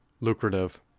lucrative